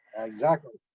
exactly.